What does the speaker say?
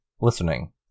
listening